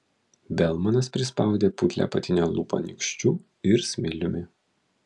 belmanas prispaudė putlią apatinę lūpą nykščiu ir smiliumi